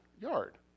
yard